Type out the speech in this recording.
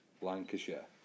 Lancashire